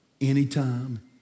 anytime